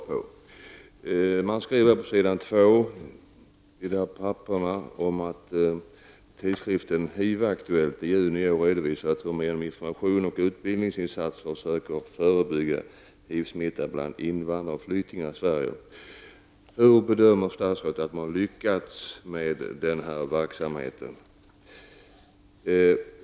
På s. 2 i svaret står det att tidskriften HIV-aktuellt i juni i år har redovisat hur man med information och utbildningsinsatser försöker förebygga HIV Hur bedömer statsrådet att man har lyckats med den här verksamheten?